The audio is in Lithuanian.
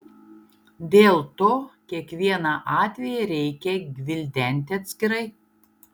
dėl to kiekvieną atvejį reikia gvildenti atskirai